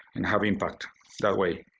and have impact that way.